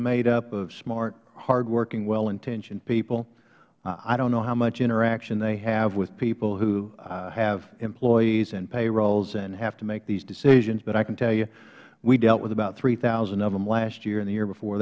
made up of small hardworking well intentioned people i don't know how much interaction they have with people who have employees and payrolls and have to make these decisions but i can tell you we dealt with about three thousand of them last year and the year before